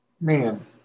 Man